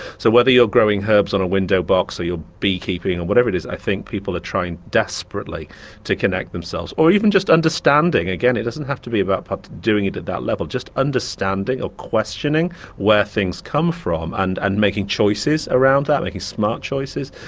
so whether you're growing herbs in a window-box, or you're bee-keeping, or whatever it is, i think people are trying desperately to connect themselves, or even just understanding. again it doesn't have to be about doing it at that level, just understanding or questioning where things come from, and and making choices around that, smart choices,